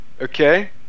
Okay